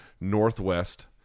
Northwest